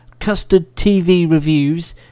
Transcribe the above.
custardtvreviews